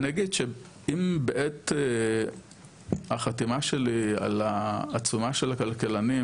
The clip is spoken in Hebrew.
ואני אגיד שאם בעת החתימה של העצומה של הכלכלנים,